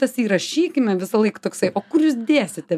tas įrašykime visąlaik toksai o kur jūs dėsite